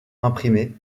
imprimés